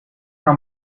una